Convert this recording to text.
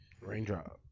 raindrop